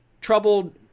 troubled